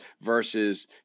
versus